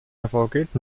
hervorgeht